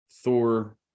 Thor